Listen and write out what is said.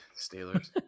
Steelers